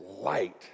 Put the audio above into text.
light